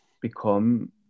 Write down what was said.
become